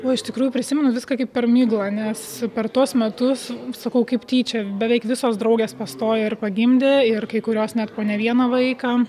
o iš tikrųjų prisimenu viską kaip per miglą nes per tuos metus sakau kaip tyčia beveik visos draugės pastojo ir pagimdė ir kai kurios net po ne vieną vaiką